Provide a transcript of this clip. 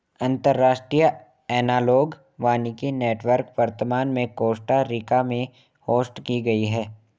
अंतर्राष्ट्रीय एनालॉग वानिकी नेटवर्क वर्तमान में कोस्टा रिका में होस्ट की गयी है